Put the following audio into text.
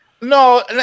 No